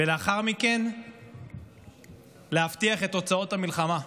ולאחר מכן להבטיח את תוצאות המלחמה.